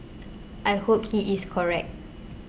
I hope he is correct